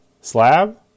slab